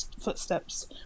footsteps